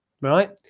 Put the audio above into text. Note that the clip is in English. right